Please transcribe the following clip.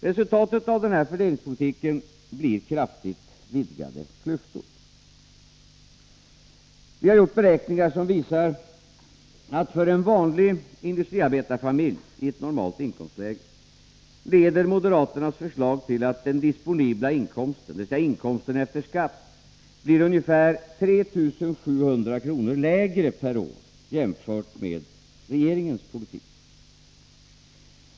Resultatet av den här fördelningspolitiken blir kraftigt vidgade klyftor. Vi har gjort beräkningar som visar att för en vanlig industriarbetarfamilj i ett normalt inkomstläge leder moderaternas förslag till att den disponibla inkomsten, dvs. inkomsten efter skatt, blir ungefär 3 700 kr. lägre per år jämfört med regeringens politik.